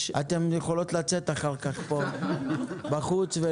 אתן יכולות לצאת אחר כך ולריב בחוץ.